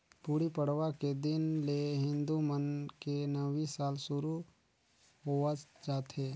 गुड़ी पड़वा के दिन ले हिंदू मन के नवी साल सुरू होवस जाथे